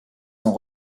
sont